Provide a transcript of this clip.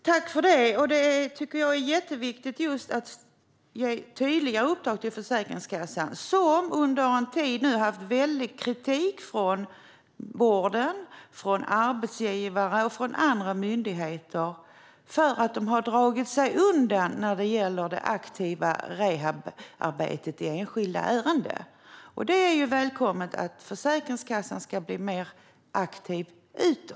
Herr talman! Tack för det, socialministern! Det är jätteviktigt att ge tydliga uppdrag till Försäkringskassan, som nu under en tid har fått väldig kritik från vården, arbetsgivare och andra myndigheter för att de har dragit sig undan när det har gällt det aktiva rehabarbetet i enskilda ärenden. Det är välkommet att Försäkringskassan ska bli mer aktiv utåt.